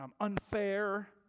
unfair